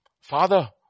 Father